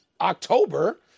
October